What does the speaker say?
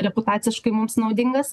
reputaciškai mums naudingas